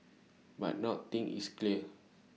but not thing is clear